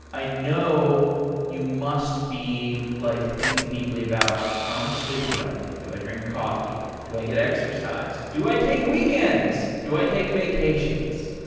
i know you must be like thinking deeply about how much sleep do i get? do i drink coffee? do i get exercise? do i take weekends? do i take vacations?